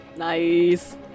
Nice